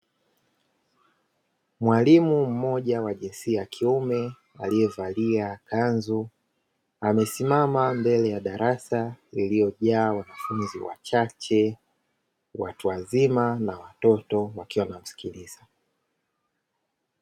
Mwalimu mmoja wa jinsia ya kiume aliyevalia kanzu, amesimama mbele ya darasa lililojaa wanafunzi wachache, watu wazima na watoto wakiwa wanamsikiliza.